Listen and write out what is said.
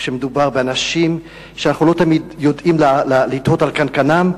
כשמדובר באנשים שאנחנו לא תמיד יודעים לתהות על קנקנם,